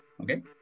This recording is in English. Okay